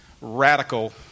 radical